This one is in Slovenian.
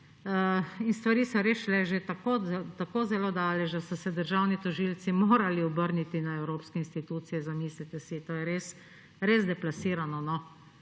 Stvari so res šle že tako zelo daleč, da so se državni tožilci morali obrniti na evropske institucije. Zamislite si, to je res deplasirano,